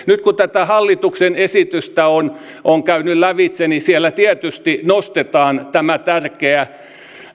nyt kun tätä hallituksen esitystä on on käynyt lävitse siellä tietysti nostetaan tämä tärkeä